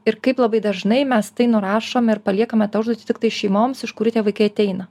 ir kaip labai dažnai mes tai nurašom ir paliekame tą užduotį tiktai šeimoms iš kurių tie vaikai ateina